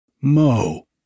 Mo